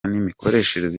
n’imikoreshereze